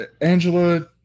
Angela